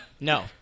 No